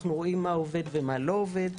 אנחנו רואים מה עובד ומה לא עובד,